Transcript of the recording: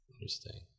Interesting